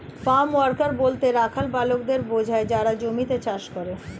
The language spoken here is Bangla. ফার্ম ওয়ার্কার বলতে রাখাল বালকদের বোঝায় যারা জমিতে চাষ করে